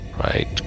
Right